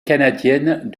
canadienne